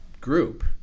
group